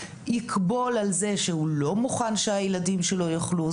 יכבול על זה שהוא לא מוכן שהילדים שלו יאכלו.